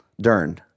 Dern